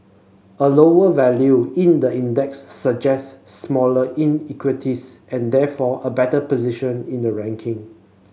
a lower value in the index suggests smaller inequalities and therefore a better position in the ranking